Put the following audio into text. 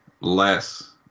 less